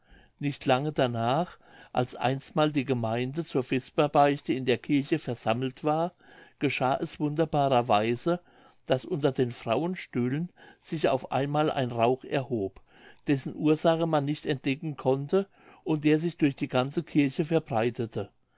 nicht lange darnach als einstmals die gemeinde zur vesperbeichte in der kirche versammelt war geschah es wunderbarer weise daß unter den frauenstühlen sich auf einmal ein rauch erhob dessen ursache man nicht entdecken konnte und der sich durch die ganze kirche verbreitete